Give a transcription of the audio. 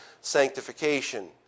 sanctification